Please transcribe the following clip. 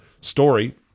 story